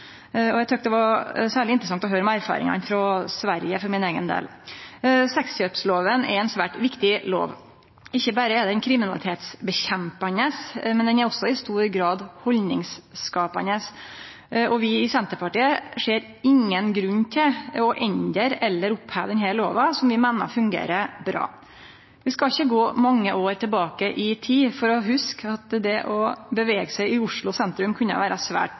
og det er det eg meiner representanten Bøhler gjer på ein veldig god måte i innlegget sitt. Eg syntest det var særleg interessant å høyre om erfaringane frå Sverige, for min eigen del. Sexkjøpslova er ei svært viktig lov. Ikkje berre er ho kriminalitetsmotverkande, ho er også i stor grad haldningsskapande. Vi i Senterpartiet ser ingen grunn til å endre eller oppheve denne lova, som vi meiner fungerer bra. Vi skal ikkje gå mange år tilbake i tid for å hugse at det å bevege seg i Oslo sentrum kunne